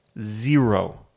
zero